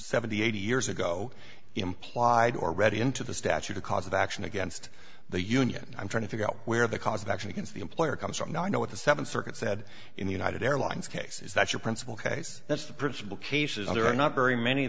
seventy eighty years ago implied or read into the statute a cause of action against the union i'm trying to figure out where the cause of action against the employer comes from now i know what the seventh circuit said in the united airlines case is that your principal case that's the principal cases there are not very many